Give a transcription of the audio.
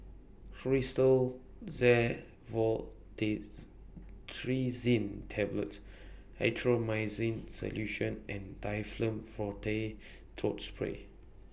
Tablets Erythroymycin Solution and Difflam Forte Throat Spray